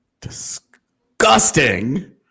disgusting